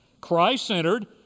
Christ-centered